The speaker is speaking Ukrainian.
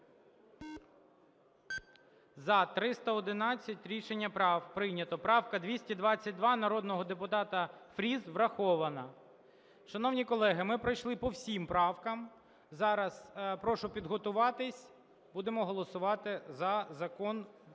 За-311 Рішення прийнято. Правка 222 народного депутата Фріса врахована. Шановні колеги, ми пройшли по всім правкам. Зараз прошу підготуватись, будемо голосувати за закон в